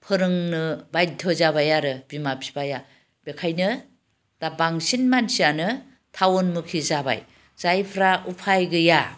फोरोंनो बायद्ध्य' जाबाय आरो बिमा बिफाया बेनिखायनो दा बांसिन मानसियानो टाउनमुखि जाबाय जायफोरा उफाय गैया